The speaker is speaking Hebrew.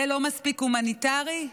זה לא מספיק הומניטרי?